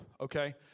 okay